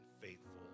faithful